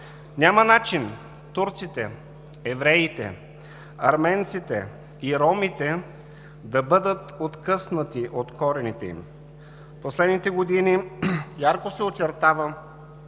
Няма начин турците, евреите, арменците и ромите да бъдат откъснати от корените им. В последните години ярко се очертава